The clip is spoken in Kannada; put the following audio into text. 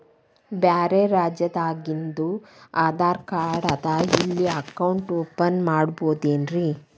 ಬ್ಯಾರೆ ರಾಜ್ಯಾದಾಗಿಂದು ಆಧಾರ್ ಕಾರ್ಡ್ ಅದಾ ಇಲ್ಲಿ ಅಕೌಂಟ್ ಓಪನ್ ಮಾಡಬೋದೇನ್ರಿ?